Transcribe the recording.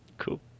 cool